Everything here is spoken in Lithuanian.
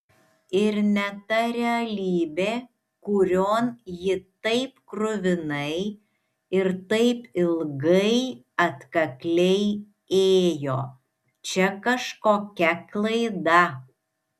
ir ne ta realybė kurion ji taip kruvinai ir taip ilgai atkakliai ėjo čia kažkokia klaida